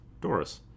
Doris